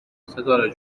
ستاره